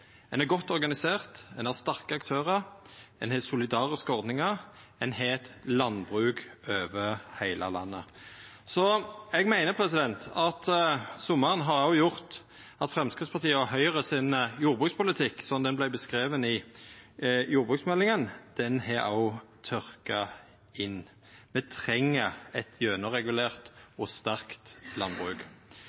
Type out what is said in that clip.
Ein er godt organisert, ein har sterke aktørar, ein har solidariske ordningar, ein har eit landbruk over heile landet. Så eg meiner at sommaren har gjort at Framstegspartiet og Høgres jordbrukspolitikk, slik han vart beskriven i jordbruksmeldinga, òg har turka inn. Me treng eit gjennomregulert og sterkt landbruk.